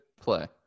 play